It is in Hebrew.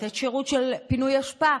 לתת שירות של פינוי אשפה,